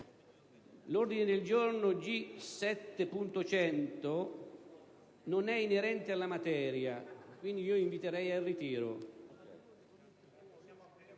L'ordine del giorno. G7.100 non è inerente alla materia, quindi inviterei il